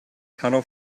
tunnel